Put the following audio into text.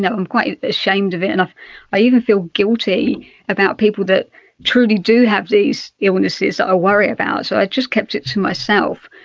um quite ashamed of it and i even feel guilty about people that truly do have these illnesses that i worry about, so i just kept it to myself.